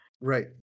Right